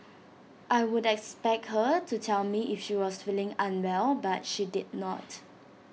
I would expect her to tell me if she was feeling unwell but she did not